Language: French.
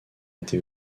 été